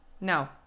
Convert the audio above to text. No